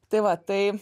tai va tai